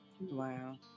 Wow